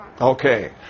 Okay